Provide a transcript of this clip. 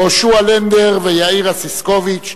יהושע לנדנר ויאיר אסיסקוביץ,